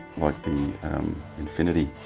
like the infinity.